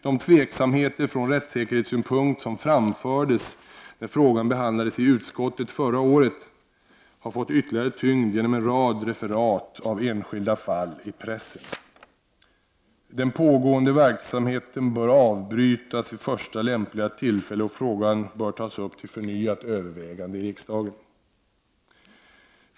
De tveksamheter från rättssäkerhetssynpunkt som framfördes när frågan behandlades i utskottet förra året har fått ytterligare tyngd genom en rad referat av enskilda fall i pressen. Den pågående verksamheten bör avbrytas vid första lämpliga tillfälle, och frågan bör tas upp till förnyat övervägande i riksdagen.